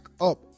up